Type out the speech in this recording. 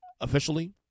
officially